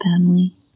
family